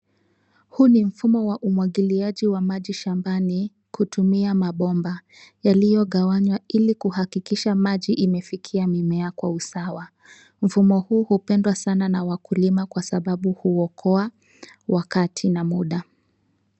Huu ni mfumo wa umwagiliaji wa maji shambani, kutumia mabomba yaliyogawangwa ili kuhakikisha maji imefikia mimea kwa usawa. Mfumo huu hupendwa sana na wakulima kwa sababu huokoa wakati na muda.